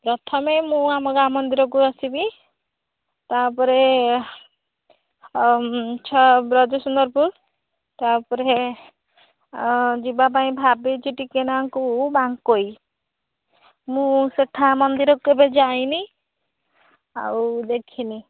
ପ୍ରଥମେ ମୁଁ ଆମ ଗାଁ ମନ୍ଦିର କୁ ଆସିବି ତାପରେ ଅ ଛ ବ୍ରଜସୁନ୍ଦରପୁର ତାପରେ ଯିବାପାଇଁ ଭାବିଛି ଟିକେ ନାକୁ ବାଙ୍କୋଇ ମୁଁ ସେହିଠା ମନ୍ଦିର କେବେ ଯାଇନି ଆଉ ଦେଖିନି